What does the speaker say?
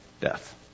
death